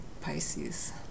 Pisces